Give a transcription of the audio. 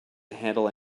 handle